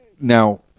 now